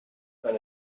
from